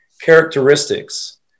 characteristics